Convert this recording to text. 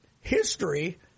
history